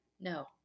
no